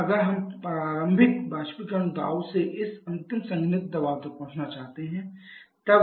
फिर अगर हम प्रारंभिक बाष्पीकरण दाब से इस अंतिम संघनित्र दबाव तक पहुँचना चाहते हैं